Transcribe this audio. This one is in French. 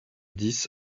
dix